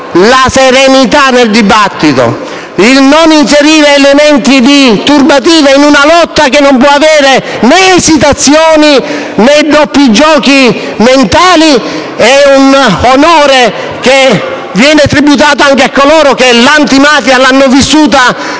la serenità nel dibattito, il non inserire elementi di turbativa in una lotta che non può avere né esitazioni né doppi giochi mentali, è un onore che viene tributato anche a coloro che hanno vissuto